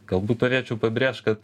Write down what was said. galbūt turėčiau pabrėžt kad